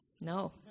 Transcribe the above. No